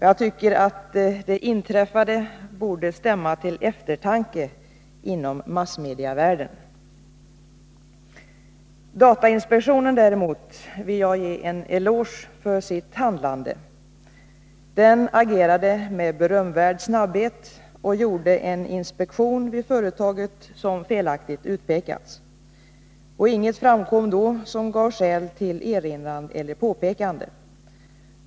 Jag tycker att det inträffade borde stämma till eftertanke inom massmedievärlden. Datainspektionen däremot vill jag ge en eloge för sitt handlande. Den agerade med berömvärd snabbhet och gjorde en inspektion vid det företag som felaktigt utpekats. Inget framkom då som gav skäl till erinran eller påpekande.